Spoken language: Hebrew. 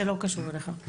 זה לא קשור אליך.